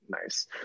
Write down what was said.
nice